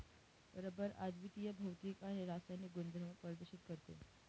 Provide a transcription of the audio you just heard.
rubber अद्वितीय भौतिक आणि रासायनिक गुणधर्म प्रदर्शित करते